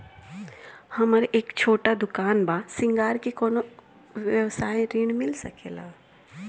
हमर एक छोटा दुकान बा श्रृंगार के कौनो व्यवसाय ऋण मिल सके ला?